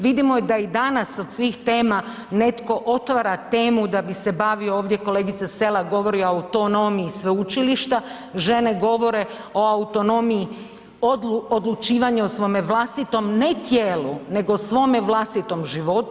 Vidimo da i danas od svih tema netko otvara temu da bi se bavio ovdje kolegica Selak govori o autonomiji sveučilišta, žene govore o autonomiji odlučivanja o svome vlastitom ne tijelu, nego o svome vlastitom životu.